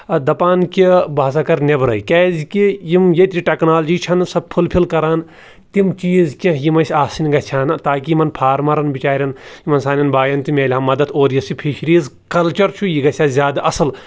دَپان کہِ بہٕ ہَسا کَرٕ نٮ۪برَے کیٛازِکہِ یِم ییٚتہِ ٹٮ۪کنالجی چھَنہٕ سۄ فُلفِل کَران تِم چیٖز کینٛہہ یِم أسۍ آسٕنۍ گژھِ ہَن تاکہِ یِمَن فارمَرَن بِچارن یِمَن سانٮ۪ن بایَن تہِ میلہِ ہا مَدَد اور یُس یہِ فِشریٖز کَلچَر چھُ یہِ گژھِ ہا زیادٕ اَصٕل